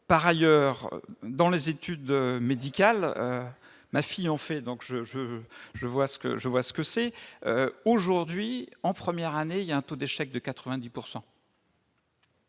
par ailleurs, dans les études médicales, ma fille en fait donc je, je, je vois ce que je vois ce que c'est, aujourd'hui, en première année, il y a un taux d'échec de 90